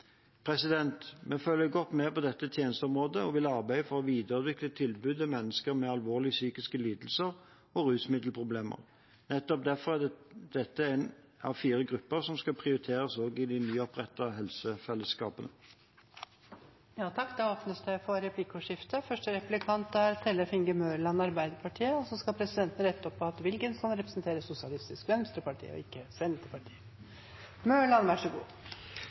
Vi følger godt med på dette tjenesteområdet, og vil arbeide for å videreutvikle tilbudet til mennesker med alvorlige psykiske lidelser og rusmiddelproblemer. Nettopp derfor er dette én av fire grupper som skal prioriteres av de nyopprettede helsefellesskapene. Det blir replikkordskifte. Allerede i juni 2019 avga tvangsbegrensningslovutvalget sin NOU. Nå er det